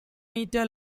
meter